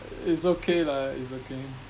it's okay lah it's okay